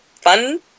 fun